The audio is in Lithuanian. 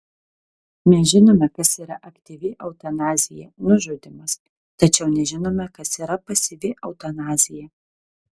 mes žinome kas yra aktyvi eutanazija nužudymas tačiau nežinome kas yra pasyvi eutanazija